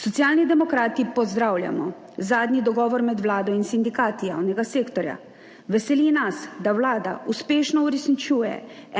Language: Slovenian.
Socialni demokrati pozdravljamo zadnji dogovor med vlado in sindikati javnega sektorja. Veseli nas, da vlada uspešno uresničuje